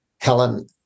Helen